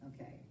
Okay